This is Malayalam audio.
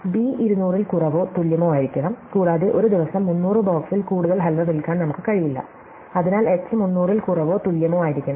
b 200 ൽ കുറവോ തുല്യമോ ആയിരിക്കണം കൂടാതെ ഒരു ദിവസം 300 ബോക്സിൽ കൂടുതൽ ഹൽവ വിൽക്കാൻ നമുക്ക് കഴിയില്ല അതിനാൽ h 300 ൽ കുറവോ തുല്യമോ ആയിരിക്കണം